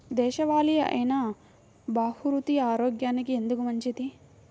దేశవాలి అయినా బహ్రూతి ఆరోగ్యానికి ఎందుకు మంచిది?